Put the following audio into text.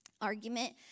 argument